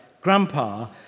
grandpa